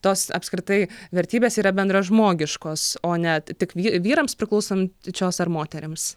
tos apskritai vertybės yra bendražmogiškos o net tik vy vyrams priklausant čios ar moterims